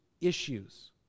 issues